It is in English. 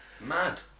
Mad